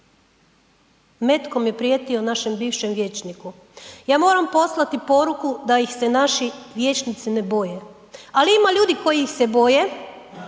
Metkom je prijetio našem bivšem vijećniku. Ja moram poslati poruku da ih se naši vijećnici ne boje. Ali ima ljudi koji ih se boje